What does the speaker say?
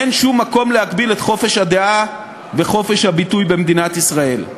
אין שום מקום להגביל את חופש הדעה וחופש הביטוי במדינת ישראל.